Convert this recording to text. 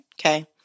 Okay